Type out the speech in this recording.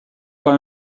pas